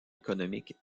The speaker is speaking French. économique